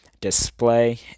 display